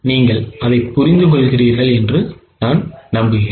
நீங்கள் அதைப் புரிந்து கொள்கிறீர்கள் என நான் நம்புகிறேன்